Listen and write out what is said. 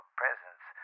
presence